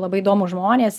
labai įdomūs žmonės